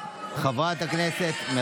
לחבר הכנסת גדעון סער.